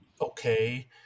okay